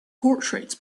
portraits